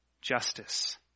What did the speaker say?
justice